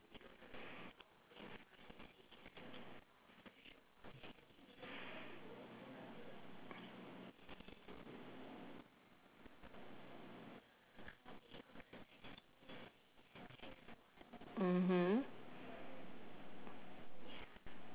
mmhmm